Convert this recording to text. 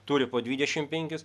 turi po dvidešimt penkis